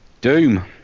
Doom